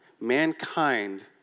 mankind